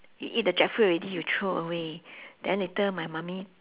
you eat the jackfruit already you throw away then later my mummy